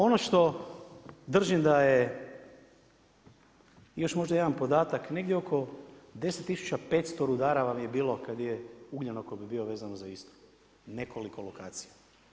Ono što držim da je još možda jedan podatak, negdje oko 10500 rudara vam je bilo kada je ugljenokop bio vezano za Istru, nekoliko lokacija.